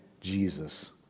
Jesus